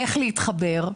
איך להתחבר.